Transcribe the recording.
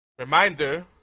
Reminder